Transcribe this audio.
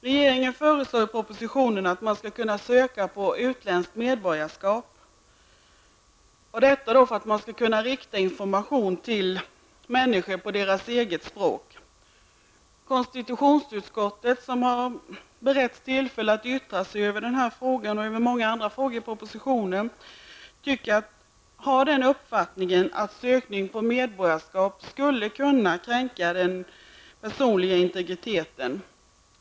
Regeringen föreslår i propositionen att man skall kunna söka på utländskt medborgarskap -- detta för att man skall kunna rikta information till människor på deras eget språk. Konstitutionsutskottet, som har beretts tillfälle att yttra sig över propositionen, har uppfattningen att sökning på medborgarskap skulle kunna kränka den personliga integriteten.